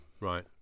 Right